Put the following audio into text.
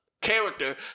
character